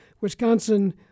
Wisconsin